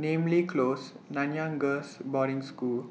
Namly Close Nanyang Girls' Boarding School